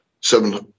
seven